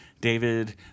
David